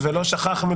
forgot.